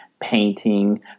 painting